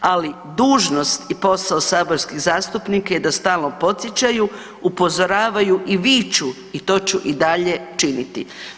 Ali dužnost i posao saborskih zastupnika je da stalno podsjećaju, upozoravaju i viču i to ću i dalje činiti.